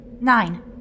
Nine